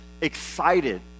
excited